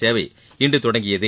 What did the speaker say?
சேவை இன்று தொடங்கியது